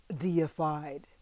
Deified